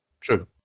True